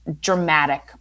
dramatic